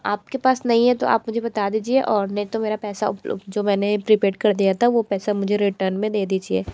आप के पास नहीं है तो मुझे बता दीजिए और नहीं तो मेरा पैसा जो मैंने प्रीपेड कर दिया था वो पैसा मुझे रिटर्न में दे दीजिए